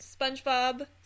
Spongebob